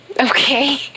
Okay